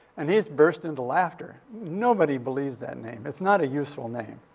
and he's burstin' to laughter. nobody believes that name. it's not a useful name.